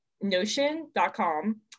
Notion.com